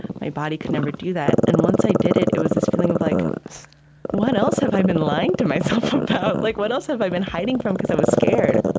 my body could never do that. and once i did it, it was this feeling of, like what else have i been lying to myself about? like what else have i been hiding from because i was scared?